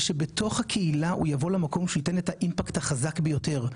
ושבתוך הקהילה הוא יבוא למקום שהוא ייתן את האימפקט החזק ביותר.